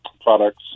products